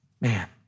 man